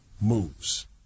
moves